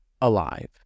alive